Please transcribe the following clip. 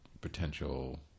potential